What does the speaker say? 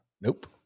nope